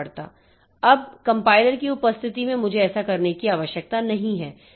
अब कम्पाइलर की उपस्थिति में मुझे ऐसा करने की आवश्यकता नहीं है